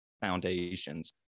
foundations